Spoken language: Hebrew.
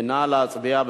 נא להצביע.